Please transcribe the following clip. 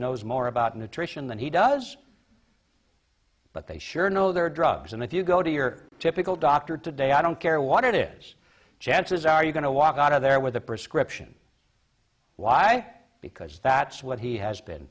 knows more about nutrition than he does but they sure know there are drugs and if you go to your typical doctor today i don't care what it is chances are you going to walk out of there with a prescription why because that's what he has been